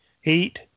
Heat